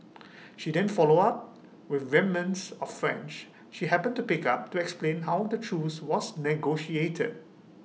she then followed up with remnants of French she happened to pick up to explain how the truce was negotiated